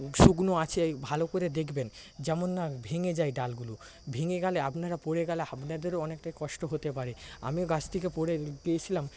শুকনো আছে ভালো করে দেখবেন যেমন না ভেঙে যায় ডালগুলো ভেঙে গেলে আপনারা পড়ে গেলে আপনাদেরও অনেকটা কষ্ট হতে পারে আমিও গাছ থেকে পড়ে গিয়েছিলাম